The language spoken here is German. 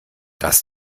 das